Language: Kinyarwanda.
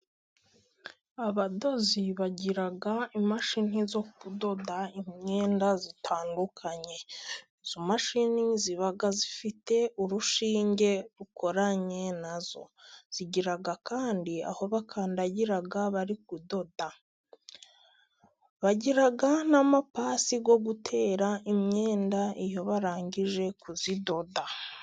Abadozi bagira imashini zo kudoda imyenda itandukanye. Izo mashini ziba zifite urushinge rukoranye nazo. Zigira kandi aho bakandagira bari kudoda. Bagira n'amapasi yo gutera imyenda, iyo barangije kuyidoda.